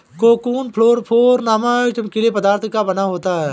cocoon fluorophore नामक चमकीले पदार्थ का बना होता है